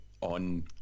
on